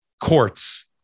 courts